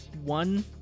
One